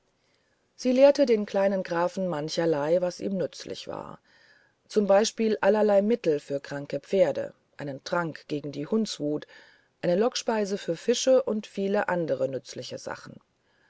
sie lehrte den kleinen grafen mancherlei was ihm nützlich war zum beispiel allerlei mittel für kranke pferde einen trank gegen die hundswut eine lockspeise für fische und viele andere nützliche sachen